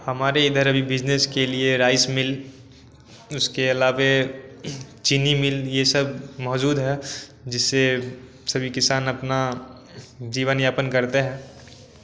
हमारे इधर अभी बिजनेस के लिए राइस मिल उसके अलावा चीनी मिल यह सब मौजूद है जिससे सभी किसान अपना जीवन यापन करते हैं